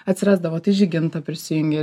atsirasdavo tai žyginta prisijungė